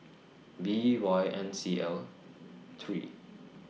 B Y N C L three